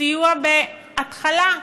סיוע בְהתחלה,